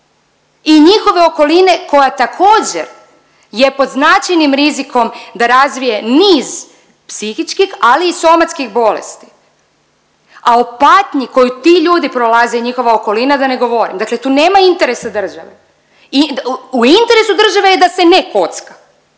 i njihove okoline koja također je pod značajnim rizikom da razvije niz psihičkih, ali i somatskih bolesti, a o patnji koju ti ljudi prolaze i njihova okolina da ne govorim, dakle tu nema interesa države i u interesu države je da se ne kocka,